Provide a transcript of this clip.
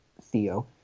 Theo